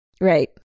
right